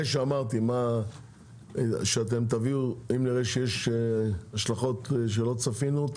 אם נראה שיש השלכות שלא צפינו,